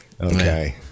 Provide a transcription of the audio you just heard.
okay